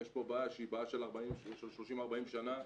יש פה בעיה שהיא בעיה של 30-40 שנה,